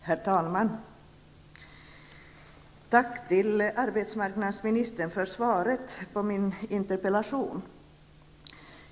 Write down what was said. Herr talman! Tack till arbetsmarknadsministern för svaret på min interpellation.